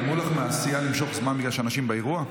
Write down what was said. אמרו לך מהסיעה למשוך זמן בגלל שאנשים באירוע,